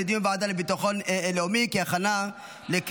לוועדה לביטחון לאומי נתקבלה.